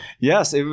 Yes